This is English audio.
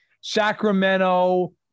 Sacramento